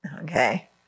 Okay